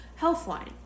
Healthline